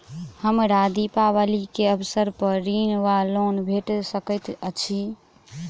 हमरा दिपावली केँ अवसर पर ऋण वा लोन भेट सकैत अछि?